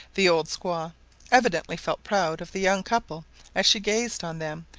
the old squaw evidently felt proud of the young couple as she gazed on them,